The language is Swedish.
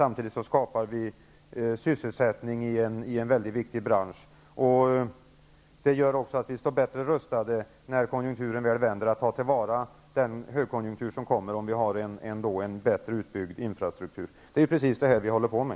Samtidigt skapar vi sysselsättning i en viktig bransch. Om vi har en bättre infrastruktur står vi också bättre rustade när konjunkturen vänder och kan ta till vara den högkonjunktur som då kommer.